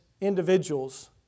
individuals